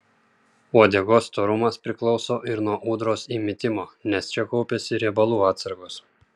uodegos storumas priklauso ir nuo ūdros įmitimo nes čia kaupiasi riebalų atsargos